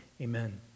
Amen